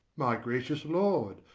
my gracious lord,